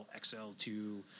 XL2